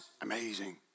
amazing